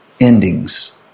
endings